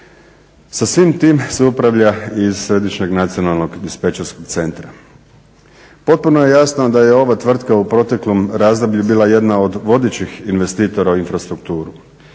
Sa svim tim se upravlja iz središnjeg nacionalno dispečerskog centra. Potpuno je jasno da je ova tvrtka u proteklom razdoblju bila jedna od vodećih investitora u infrastrukturu.